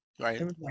right